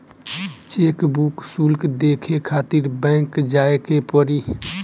chequebook शुल्क देखे खातिर बैंक जाए के पड़ी